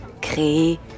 créer